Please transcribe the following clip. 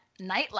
nightlife